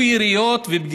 מה